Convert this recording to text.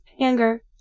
anger